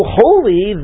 holy